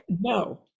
No